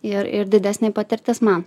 ir ir didesnė patirtis man